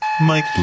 Mike